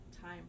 time